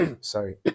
sorry